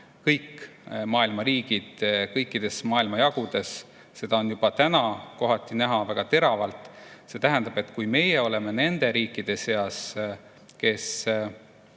kõik riigid kõikides maailmajagudes. Seda on juba praegu kohati näha väga teravalt. See tähendab, et kui meie oleme nende riikide seas, kes